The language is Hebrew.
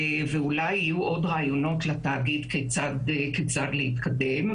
אולי יהיו עוד רעיונות לתאגיד כיצד להתקדם.